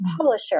publisher